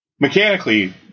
mechanically